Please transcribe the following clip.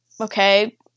okay